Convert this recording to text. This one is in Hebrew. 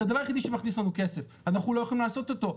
הדבר היחידי שמכניס לנו כסף אבל אנחנו לא יכולים לעשות אותו,